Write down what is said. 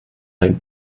ein